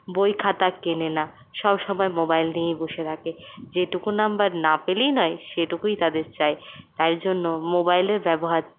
বই খাতা কেনে না সবসময় মোবাইল নিয়েই বসে থাকে যেটুকু নাম্বার না পেলেই নয় সেটুকুই তাদের চাই তাই জন্য মোবাইলের ব্যবহার